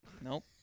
Nope